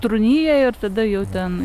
trūnija ir tada jau ten